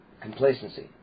complacency